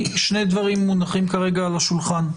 שני דברים מונחים כרגע על השולחן.